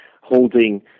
holding